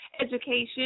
education